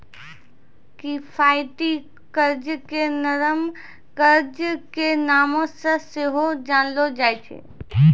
किफायती कर्जा के नरम कर्जा के नामो से सेहो जानलो जाय छै